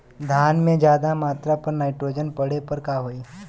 धान में ज्यादा मात्रा पर नाइट्रोजन पड़े पर का होई?